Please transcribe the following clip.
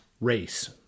race